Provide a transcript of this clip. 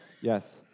Yes